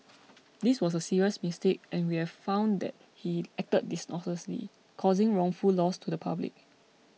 this was a serious mistake and we have found that he acted dishonestly causing wrongful loss to the public